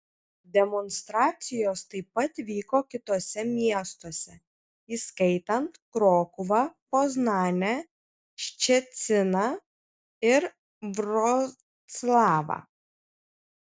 demonstracijos taip pat vyko kituose miestuose įskaitant krokuvą poznanę ščeciną ir vroclavą